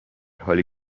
حالی